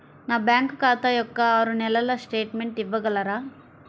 నా బ్యాంకు ఖాతా యొక్క ఆరు నెలల స్టేట్మెంట్ ఇవ్వగలరా?